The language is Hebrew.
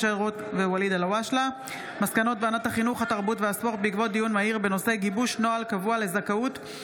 משה רוט וואליד אלהואשלה בנושא: המחסור החמור בקלינאיות תקשורת,